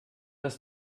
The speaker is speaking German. das